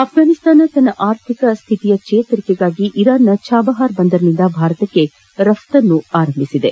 ಆಘ್ಘಾನಿಸ್ತಾನ ತನ್ನ ಆರ್ಥಿಕ ಸ್ಥಿತಿ ಜೇತರಿಕೆಗಾಗಿ ಇರಾನ್ನ ಚಾಬಹಾರ್ ಬಂದರಿನಿಂದ ಭಾರತಕ್ಕೆ ರಫ್ತು ಆರಂಭಿಸಿದೆ